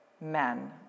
men